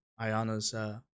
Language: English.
Ayana's